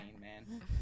man